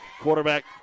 quarterback